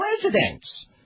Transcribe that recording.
presidents